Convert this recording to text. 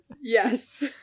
Yes